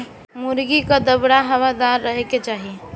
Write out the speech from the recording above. मुर्गी कअ दड़बा हवादार रहे के चाही